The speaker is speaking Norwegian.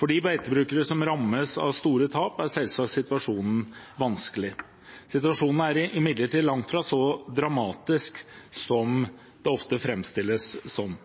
For de beitebrukere som rammes av store tap, er selvsagt situasjonen vanskelig. Situasjonen er imidlertid langt fra så dramatisk som det ofte framstilles som.